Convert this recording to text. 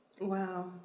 Wow